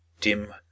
dim